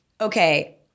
okay